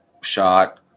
shot